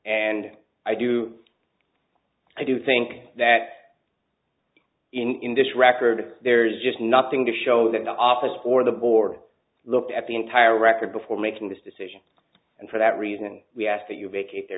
and i do i do think that in this record there's just nothing to show that the officer or the board looked at the entire record before making this decision and for that reason we ask that you vacate their